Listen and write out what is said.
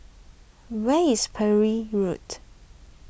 where is Parry Road